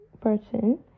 person